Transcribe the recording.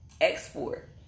export